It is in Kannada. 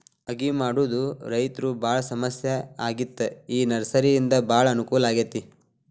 ಅಗಿ ಮಾಡುದ ರೈತರು ಬಾಳ ಸಮಸ್ಯೆ ಆಗಿತ್ತ ಈ ನರ್ಸರಿಯಿಂದ ಬಾಳ ಅನಕೂಲ ಆಗೈತಿ